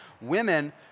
Women